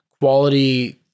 quality